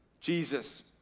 Jesus